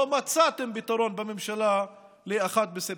לא מצאתם פתרון בממשלה ל-1 בספטמבר.